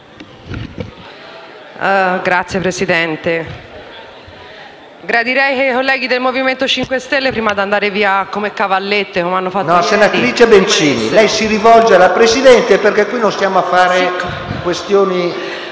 Signor Presidente, gradirei che i colleghi del Movimento 5 Stelle, prima di andare via come cavallette come hanno fatto ieri... PRESIDENTE. Senatrice Bencini, lei si rivolga alla Presidenza perché qui non stiamo a fare questioni